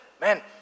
man